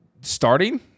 starting